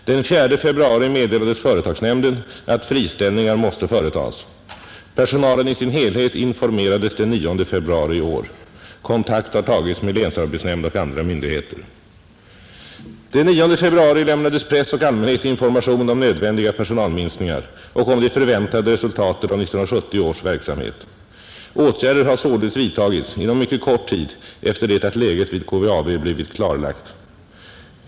Den 4 februari meddelades företagsnämnden att friställningar måste företas. Personalen i sin helhet informerades den 9 februari i år. Kontakt har tagits med länsarbetsnämnd och andra myndigheter. Den 9 februari lämnades press och allmänhet information om nödvändiga personalminskningar och om det förväntade resultatet av 1970 års verksamhet. Åtgärder har således vidtagits inom mycket kort tid efter det att läget vid KVAB blivit klarlagt.